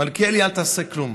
מלכיאלי, אל תעשה כלום.